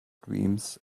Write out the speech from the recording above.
dreams